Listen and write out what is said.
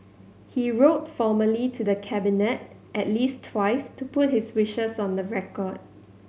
he wrote formally to the Cabinet at least twice to put his wishes on the record